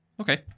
Okay